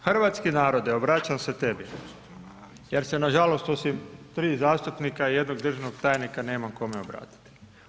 Hrvatski narode, obraćam se tebi jer se nažalost osim 3 zastupnika i 1 državnog tajnika nemam kome obratiti.